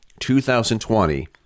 2020